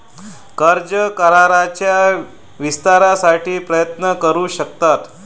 कर्ज कराराच्या विस्तारासाठी प्रयत्न करू शकतात